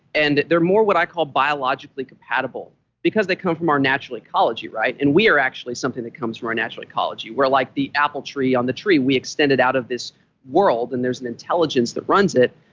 and they're more what i call biologically compatible because they come from our natural ecology, and we are actually something that comes from our natural ecology. we're like the apple tree on the tree we extended out of this world, and there's an intelligence that runs it,